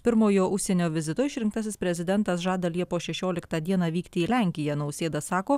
pirmojo užsienio vizito išrinktasis prezidentas žada liepos šešioliktą dieną vykti į lenkiją nausėda sako